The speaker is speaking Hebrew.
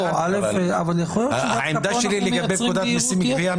העמדה שלי לגבי פקודת המסים (גבייה),